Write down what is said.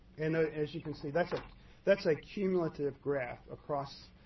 and as you can see, that's ah that's a accumulative graph across,